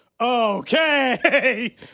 okay